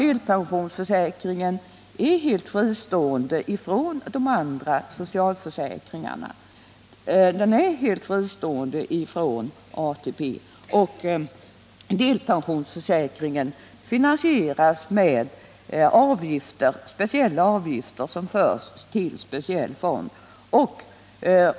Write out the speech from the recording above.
Delpensionsförsäkringen är helt fristående från de andra socialförsäkringarna. Den är alltså helt fristående från ATP, och den finansieras med avgifter som förs till en speciell fond.